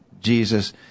Jesus